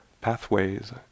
pathways